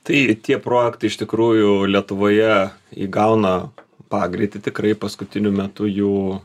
tai tie projektai iš tikrųjų lietuvoje įgauna pagreitį tikrai paskutiniu metu jų